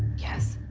yes.